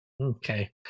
okay